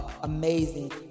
amazing